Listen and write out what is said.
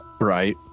right